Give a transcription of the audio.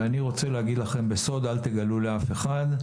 אני רוצה להגיד לכם בסוד, אל תגלו לאף אחד,